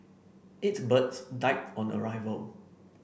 eight birds died on arrival